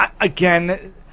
again